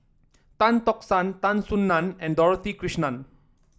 Tan Tock San Tan Soo Nan and Dorothy Krishnan